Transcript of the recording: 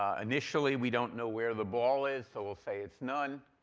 ah initially, we don't know where the ball is, so we'll say it's none.